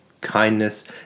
Kindness